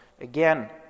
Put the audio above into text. again